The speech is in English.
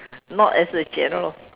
not as a general